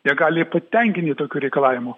negali patenkinti tokių reikalavimų